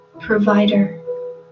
provider